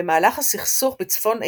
במהלך הסכסוך בצפון אירלנד,